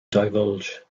divulge